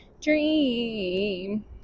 Dream